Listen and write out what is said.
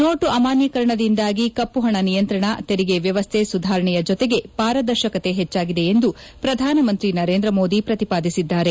note ಅಮಾನ್ಯೀಕರಣದಿಂದಾಗಿ ಕಪ್ಪುಹಣ ನಿಯಂತ್ರಣ ತೆರಿಗೆ ವ್ಯವಸ್ಥೆ ಸುಧಾರಣೆಯ ಜೊತೆಗೆ ಪಾರದರ್ಶಕತೆ ಹೆಚ್ಚಾಗಿದೆ ಎಂದು ಪ್ರಧಾನಮಂತ್ರಿ ನರೇಂದ್ರ ಮೋದಿ ಪ್ರತಿಪಾದಿಸಿದ್ದಾರೆ